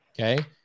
Okay